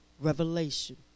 revelation